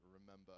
remember